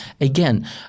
Again